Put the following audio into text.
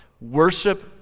Worship